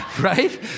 right